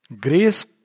Grace